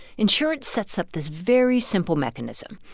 insurance sets up this very simple mechanism.